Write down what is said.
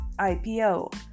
IPO